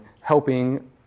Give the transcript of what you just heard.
helping